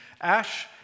ash